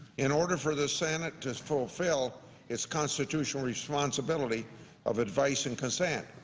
in order for the senate to fulfill its constitutional responsibility of advice and consent,